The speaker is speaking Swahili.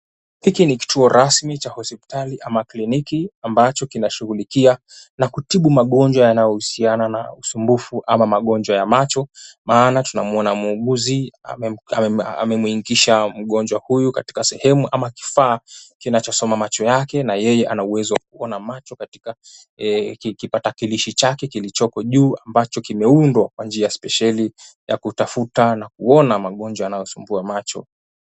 Hiki ni kituo rasmi cha hospitali ama kliniki ambacho kinashughulikia na kutibu magonjwa yanayohusiana na usumbufu ama magonjwa ya macho. Maana tunamuona muuguzi amemuingiza mgonjwa huyu katika sehemu ama kifaa kinachosoma macho yake na yeye ana uwezo wa kuona macho katika kipatakilishi chake kilichoko juu ambacho kimeundwa kwa njia ya spesheli ya kutafuta na kuona magonjwa yanayosumbua macho.